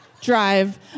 drive